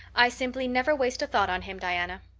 i simply never waste a thought on him, diana.